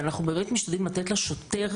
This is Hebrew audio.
ואנחנו באמת משתדלים לתת לשוטר,